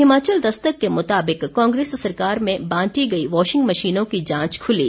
हिमाचल दस्तक के मुताबिक कांग्रेस सरकार में बांटी गई वाशिंग मशीनों की जांच खुली